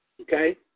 okay